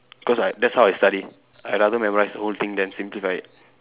cause I that's how I study I rather memorise the whole thing than simplify it